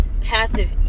passive